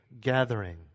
gathering